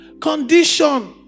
Condition